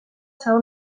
seu